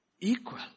Equal